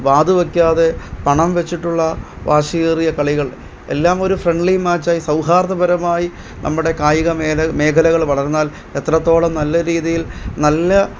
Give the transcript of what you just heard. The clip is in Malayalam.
വാത് വെക്കാതെ പണം വെച്ചിട്ടുള്ള വാശിയേറിയ കളികൾ എല്ലാമൊരു ഫ്രണ്ട്ലി മാച്ചായി സൗഹാർദപരമായി നമ്മുടെ കായിക മേല മേഖലകള് വളർന്നാൽ എത്രത്തോളം നല്ല രീതിയിൽ നല്ല